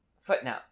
footnote